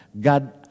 God